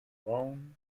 round